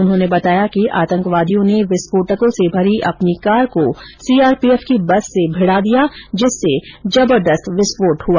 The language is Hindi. उन्होंने बताया कि आतंकवादियों ने विस्फोटकों से भरी अपनी कार को सी आर पी एफ की बस से भिड़ा दिया जिससे जबरदस्त विस्फोट हुआ